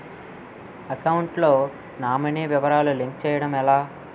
Account లో nominee వివరాలు link చేయటం ఎలా?